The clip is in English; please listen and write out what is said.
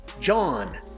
John